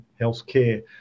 healthcare